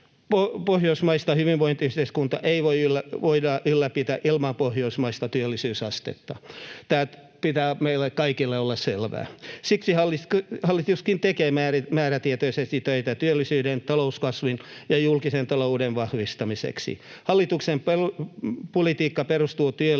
Pohjoismaista hyvinvointiyhteiskuntaa ei voida ylläpitää ilman pohjoismaista työllisyysastetta. Tämän pitää meille kaikille olla selvää. Siksi hallituskin tekee määrätietoisesti töitä työllisyyden, talouskasvun ja julkisen talouden vahvistamiseksi. Hallituksen politiikka perustuu työlinjalle.